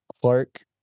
Clark